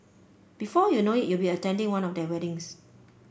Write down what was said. before you know it you'll be attending one of their weddings